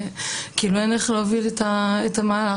ואין איך להוביל את המהלך,